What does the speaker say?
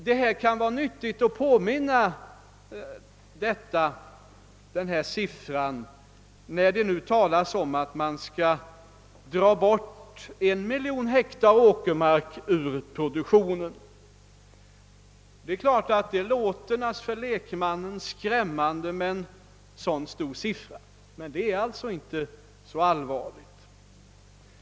Det kan vara nyttigt att påminna om dessa siffror, när det nu talas om att man skall dra 1 miljon hektar åkermark ur produktionen. Naturligtvis låter en så stor siffra skrämmande för lekmannen, men det är alltså inte så allvarligt.